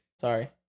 Sorry